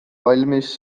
valmis